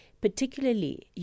particularly